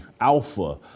alpha